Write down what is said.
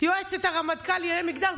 יועצת הרמטכ"ל לענייני מגדר,